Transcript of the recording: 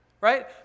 right